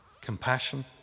Compassion